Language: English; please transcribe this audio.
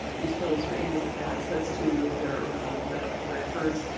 these total strangers have access to their medical records.